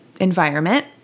environment